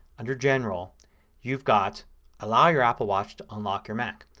under general you've got allow your apple watch to unlock your mac.